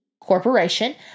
Corporation